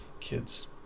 Kids